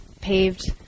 paved